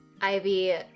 Ivy